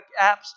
apps